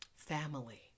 family